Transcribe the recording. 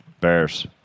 Bears